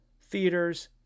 theaters